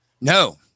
no